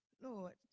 Lord